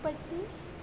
पट्टी